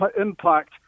impact